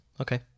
okay